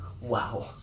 wow